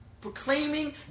proclaiming